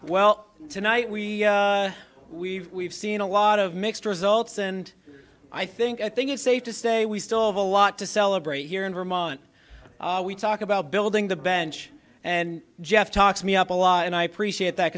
well tonight we we've we've seen a lot of mixed results and i think i think it's safe to say we still have a lot to celebrate here in vermont we talk about building the bench and jeff talks me up a lot and i appreciate that